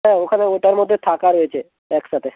হ্যাঁ ওখানে ওটার মধ্যে থাকা রয়েছে একসাথে